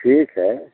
ठीक है